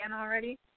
already